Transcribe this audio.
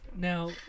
Now